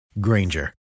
Granger